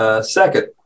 second